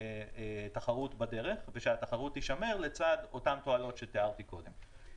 תחרות ושהתחרות תישמר לצד אותם תועלות שתיארתי קודם.